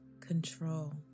control